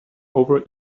over